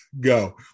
go